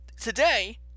today